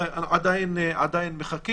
ועדיין מחכים.